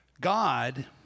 God